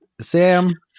Sam